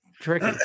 tricky